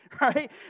right